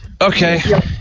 Okay